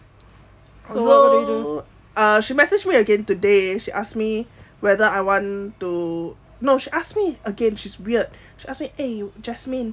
so uh she message me again today she asked me whether I want to no she ask me again she's weird she ask me eh jasmine